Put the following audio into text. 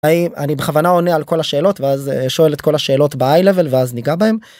אני בכוונה עונה על כל השאלות, ואז שואל את כל השאלות באיי-לבל, ואז ניגע בהם.